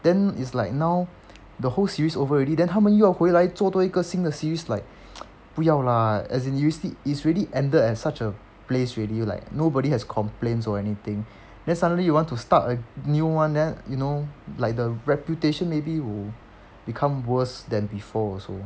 then it's like now the whole series over already then 他们又要回来做多一个新的 series like 不要 lah like as in it's already ended at such a place already like nobody has complaints or anything then suddenly you want to start a new one then you know like the reputation maybe will become worse than before also